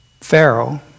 Pharaoh